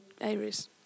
areas